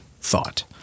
thought